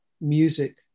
music